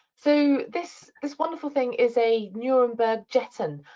so this this wonderful thing is a nuremberg jetton.